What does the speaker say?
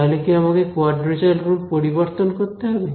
তাহলে কি আমাকে কোয়াড্রেচার রুল পরিবর্তন করতে হবে